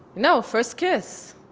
know, first kiss